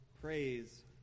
praise